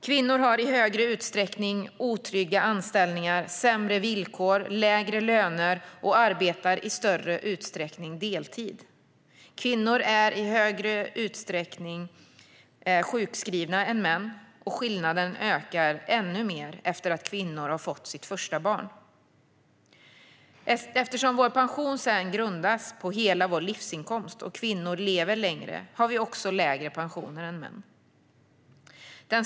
Kvinnor har i högre utsträckning otrygga anställningar, sämre villkor och lägre löner och arbetar i större utsträckning deltid. Kvinnor är i högre utsträckning än män sjukskrivna, och skillnaden ökar ännu mer efter att kvinnor fått sitt första barn. Eftersom vår pension grundas på hela vår livsinkomst och kvinnor lever längre har vi också lägre pensioner än män.